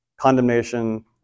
condemnation